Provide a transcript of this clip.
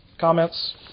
comments